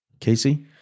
Casey